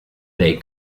they